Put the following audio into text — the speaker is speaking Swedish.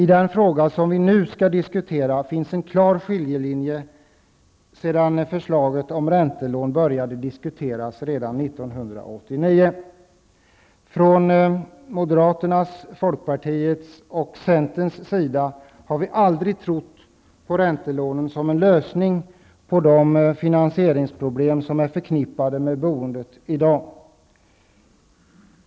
I den fråga som vi nu skall diskutera finns det en klar skiljelinje i och med det förslag om räntelån som började diskuteras redan 1989. Vi i centern, och det gäller även moderaterna och folkpartiet, har aldrig trott på räntelånen som en lösning på de finansieringsproblem som i dag är förknippade med boendet.